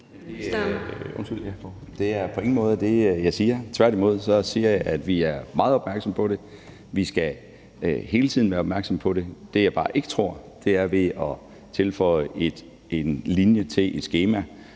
Det er på ingen måde det, jeg siger. Tværtimod siger jeg, at vi er meget opmærksomme på det, vi skal hele tiden være opmærksomme på det. Det, jeg bare ikke tror, er, at ved at tilføje en linje til et skema